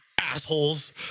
assholes